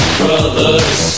brothers